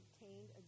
obtained